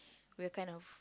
we're kind of